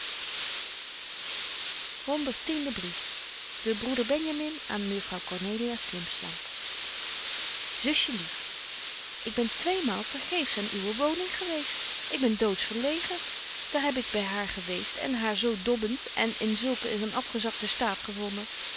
brief de broeder benjamin aan mejuffrouw cornelia slimpslamp zusje lief ik ben tweemaal vergeefsch aan uwe woning geweest ik ben doods verlegen daar heb ik by haar geweest en haar zo dobbent en in zulk een afgezakten staat gevonden